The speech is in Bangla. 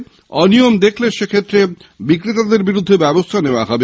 বেনিয়ম দেখলে সেক্ষেত্রে বিক্রেতাদের বিরুদ্ধে ব্যবস্থা নেওয়া হবে